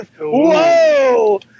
Whoa